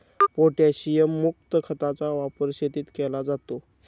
पोटॅशियमयुक्त खताचा वापर शेतीत केला जातो